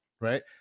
right